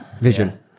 vision